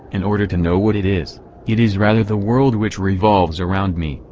in order to know what it is it is rather the world which revolves around me,